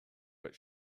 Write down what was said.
but